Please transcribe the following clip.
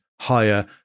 higher